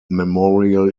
memorial